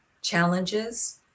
challenges